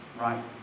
right